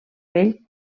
vell